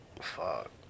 fuck